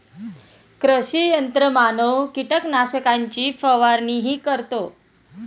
कृषी यंत्रमानव कीटकनाशकांची फवारणीही करतो